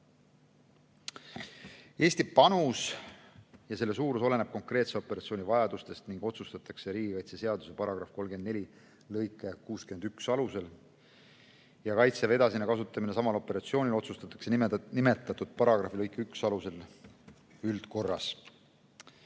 Eesti panus ja selle suurus oleneb konkreetse operatsiooni vajadustest ning otsustatakse riigikaitseseaduse § 34 lõike 61 alusel. Kaitseväe edasine kasutamine samas operatsioonis otsustatakse nimetatud paragrahvi lõike 1 alusel üldkorras. Kas